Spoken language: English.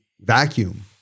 vacuum